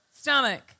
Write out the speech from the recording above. stomach